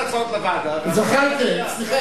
אחת ההצעות בוועדה ואחת במליאה.